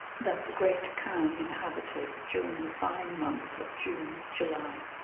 that the great khan inhabited during the fine months of june, july,